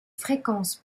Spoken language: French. fréquences